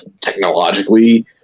technologically